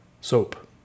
soap